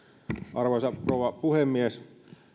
arvoisa rouva puhemies